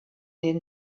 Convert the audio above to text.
den